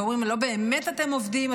ואומרים: לא באמת אתם עובדים,